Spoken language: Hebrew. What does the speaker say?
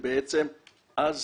ואז